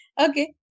okay